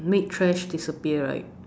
make trash disappear right